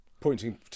Pointing